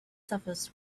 suffused